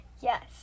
Yes